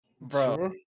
bro